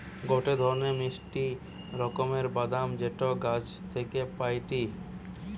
গটে ধরণের মিষ্টি রকমের বাদাম যেটা গাছ থাকি পাইটি